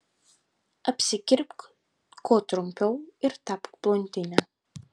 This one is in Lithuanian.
apsikirpk kuo trumpiau ir tapk blondine